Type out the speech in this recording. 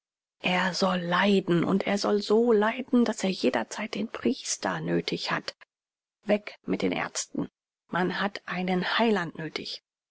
er soll leiden und er soll so leiden daß er jederzeit den priester nöthig hat weg mit den ärzten man hat einen heiland nöthig